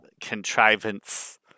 contrivance